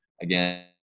again